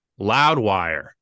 Loudwire